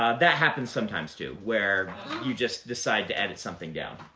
um that happens sometimes too, where you just decide to edit something down.